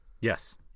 Yes